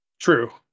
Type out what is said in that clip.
true